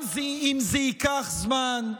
גם אם זה ייקח זמן,